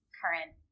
current